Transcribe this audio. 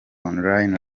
online